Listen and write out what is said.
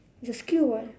it's a skill [what]